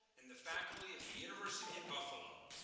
and the faculty of the university at buffalo,